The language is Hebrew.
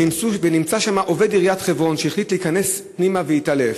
ונמצא שם עובד עיריית חברון שהחליט להיכנס פנימה והתעלף.